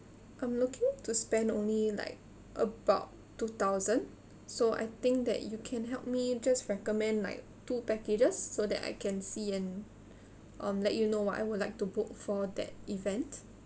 I'm looking to spend only like about two thousand so I think that you can help me just recommend like two packages so that I can see and um let you know what I would like to book for that event